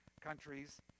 countries